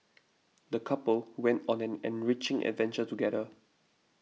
the couple went on an enriching adventure together